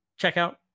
checkout